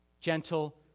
Gentle